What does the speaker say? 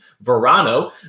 Verano